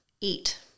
eat